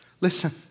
Listen